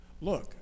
Look